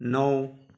नौ